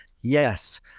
Yes